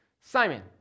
Simon